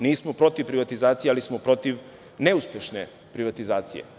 Nismo protiv privatizacije, ali smo protiv neuspešne privatizacije.